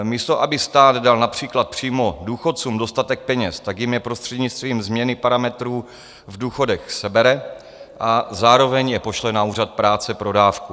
Místo aby stát dal například přímo důchodcům dostatek peněz, tak jim je prostřednictvím změny parametrů v důchodech sebere a zároveň je pošle na úřad práce pro dávku.